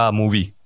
movie